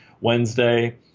Wednesday